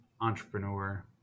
Entrepreneur